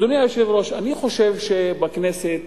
אדוני היושב-ראש, אני חושב שבכנסת,